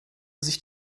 sich